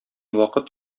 вакыт